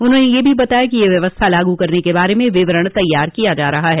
उन्होंने यह भी बताया कि यह व्यवस्था लागू करने के बारे में विवरण तैयार किया जा रहा है